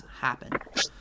happen